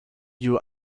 you